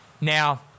Now